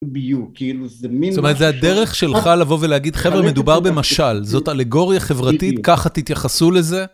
זה הדרך שלך לבוא ולהגיד, חבר'ה מדובר במשל, זאת אלגוריה חברתית ככה תתייחסו לזה.